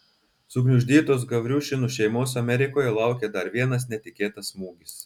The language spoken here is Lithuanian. sugniuždytos gavriušinų šeimos amerikoje laukė dar vienas netikėtas smūgis